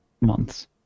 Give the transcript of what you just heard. months